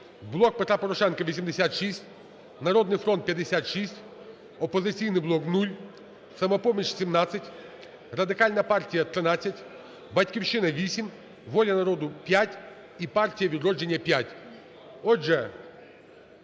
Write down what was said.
"Блок Петра Порошенка" – 86, "Народний фронт" – 56, "Опозиційний блок" – 0, "Самопоміч" – 17, Радикальна партія – 13, "Батьківщина" – 8, "Воля народу" – 5 і партія "Відродження" – 5.